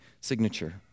signature